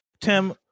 Tim